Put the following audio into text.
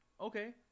Okay